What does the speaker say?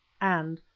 and,